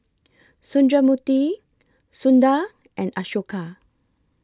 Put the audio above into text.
Sundramoorthy Sundar and Ashoka